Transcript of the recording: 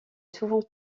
souvent